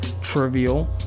trivial